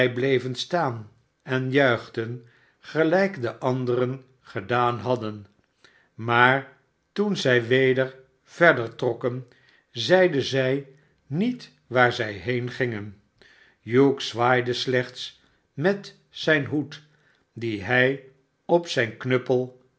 bleven staan en juichten gelijk de anderen gedaan hadden maar toen zi weder verder trokken zeiden zij niet waar zij heengingen hugh zwaaide slechts met zijn hoed dien hij op zijn knuppel